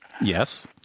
Yes